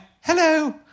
Hello